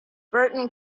burton